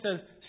says